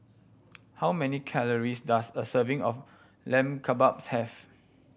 how many calories does a serving of Lamb Kebabs have